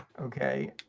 Okay